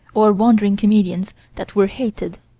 or wandering comedians that were hated,